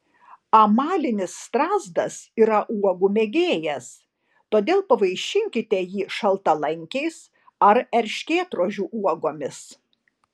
amalinis strazdas yra uogų mėgėjas todėl pavaišinkite jį šaltalankiais ar erškėtrožių uogomis